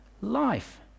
Life